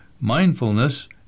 mindfulness